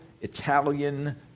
Italian